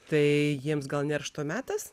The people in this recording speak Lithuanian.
tai jiems gal neršto metas